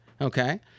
Okay